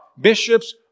bishops